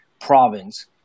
province